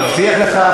אני מבטיח לך,